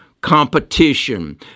competition